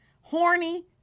horny